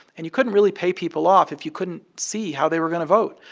and you couldn't really pay people off if you couldn't see how they were going to vote.